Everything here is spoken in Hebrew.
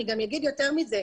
אני אומר יותר מזה.